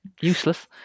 Useless